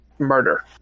Murder